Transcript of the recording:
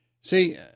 See